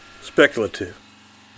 speculative